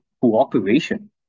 cooperation